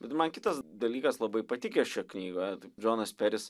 bet man kitas dalykas labai patikęs šioje knygoje džonas peris